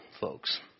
folks